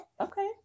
Okay